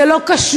זה לא קשור,